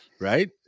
Right